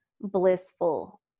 blissful